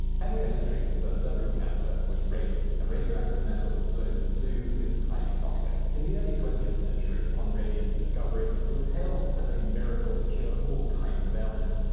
henrietta's treatment for cervical cancer was radium, a radioactive metal that glows blue and is highly toxic. in the early twentieth century, upon radium's discovery, it was hailed as a miracle to cure all kinds of ailments.